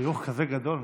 חיוך כזה גדול?